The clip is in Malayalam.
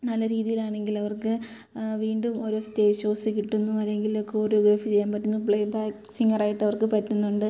നല്ല രീതിയിൽ ആണെങ്കിൽ അവർക്ക് വീണ്ടും ഓരോ സ്റ്റേജ് ഷോസ് കിട്ടുന്നു അല്ലെങ്കിൽ കൊറിയോഗ്രാഫി ചെയ്യാൻ പറ്റുന്നു പ്ലേബാക്ക് സിംഗർ ആയിട്ട് അവർക്ക് പറ്റുന്നുണ്ട്